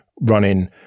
running